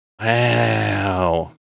Wow